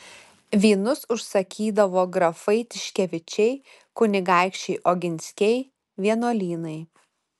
vynus užsakydavo grafai tiškevičiai kunigaikščiai oginskiai vienuolynai